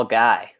guy